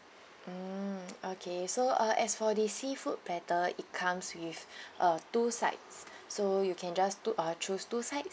mm okay so uh as for the seafood platter it comes with uh two sides so you can just ch~ uh choose two side